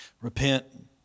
repent